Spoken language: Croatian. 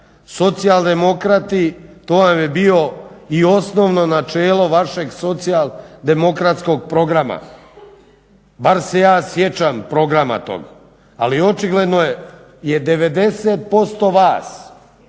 Socijaldemokrati to vam je bio i osnovno načelo vašeg socijaldemokratskog programa, bar se ja sjećam programa tog. Ali očigledno je 90% vas